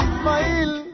smile